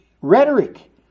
rhetoric